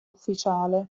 ufficiale